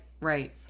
right